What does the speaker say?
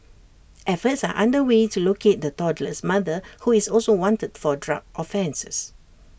efforts are under way to locate the toddler's mother who is also wanted for drug offences